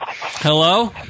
Hello